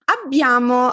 Abbiamo